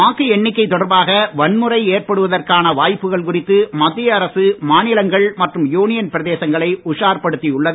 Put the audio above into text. வாக்கு எண்ணிக்கை தொடர்பாக வன்முறை ஏற்படுவதற்கான வாய்ப்புகள் குறித்து மத்திய அரசு மாநிலங்கள் மற்றும் யுனியன் பிரதேசங்களைச் உஷார் படுத்தியுள்ளது